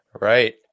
right